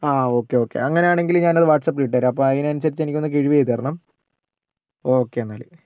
ആ okay okay അങ്ങനെയാണെങ്കിൽ ഞാനത് വാട്സാപ്പിൽ ഇട്ടുതരാം അപ്പോൾ അതിനനുസരിച്ച് എനിക്ക് ഒന്ന് കിഴിവ് ചെയ്തു തരണം ഓക്കെ എന്നാൽ